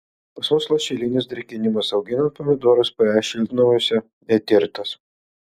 pas mus lašelinis drėkinimas auginant pomidorus pe šiltnamiuose netirtas